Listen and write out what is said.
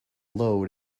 load